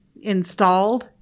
installed